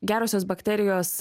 gerosios bakterijos